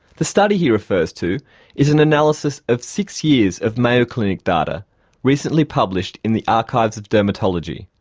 the study he refers to is an analysis of six years of mayo clinic data recently published in the archives of dermatology.